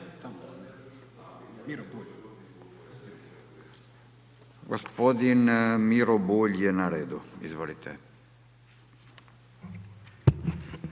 Gospodin Miro Bulj je na redu, izvolite.